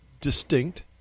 distinct